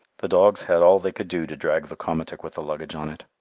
the dogs had all they could do to drag the komatik with the luggage on it.